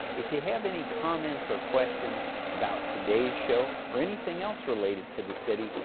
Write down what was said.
if you have any comments or questions about today's show, or anything else related to the city,